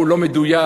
לא מדויק,